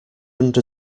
under